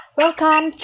welcome